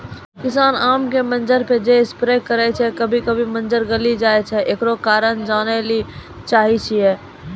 किसान आम के मंजर जे स्प्रे छैय कभी कभी मंजर जली जाय छैय, एकरो कारण जाने ली चाहेय छैय?